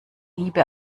wiebe